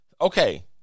Okay